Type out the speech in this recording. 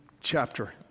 chapter